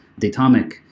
Datomic